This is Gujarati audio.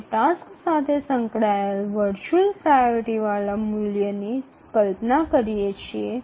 આપણે ટાસ્ક સાથે સંકળાયેલ વર્ચુઅલ પ્રાયોરિટી વાળા મૂલ્યની કલ્પના કરી શકીએ છીએ